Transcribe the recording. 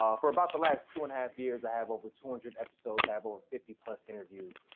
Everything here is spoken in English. um for about the last two and a half years, i have over two hundred episodes, i have over fifty plus interviews.